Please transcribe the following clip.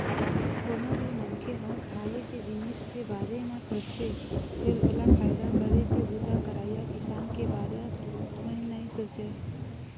कोनो भी मनखे ह खाए के जिनिस के बारे म सोचथे फेर ओला फायदा करे के बूता करइया किसान के बारे म नइ सोचय